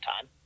time